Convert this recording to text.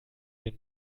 den